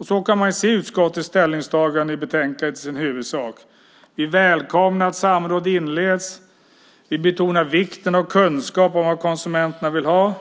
Så kan man se utskottets ställningstagande i betänkandet i huvudsak: Vi välkomnar att samråd inleds, vi betonar vikten av kunskap om vad konsumenterna vill ha.